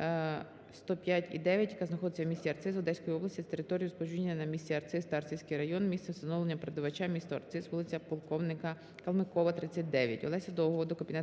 105,9, яка знаходиться у місті Арциз Одеської області з територією розповсюдження на місто Арциз та Арцизький район, місцем встановлення передавача місто Арциз, вулиця Полковника Калмикова, 39. Олеся Довгого до Кабінету